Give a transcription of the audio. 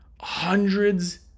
hundreds